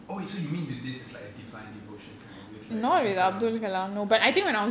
oh wait so you mean you this is like a divine devotion kind with like அப்துல்கலாம்:abdul kalam okay